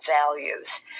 values